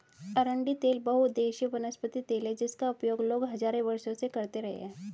अरंडी तेल बहुउद्देशीय वनस्पति तेल है जिसका उपयोग लोग हजारों वर्षों से करते रहे हैं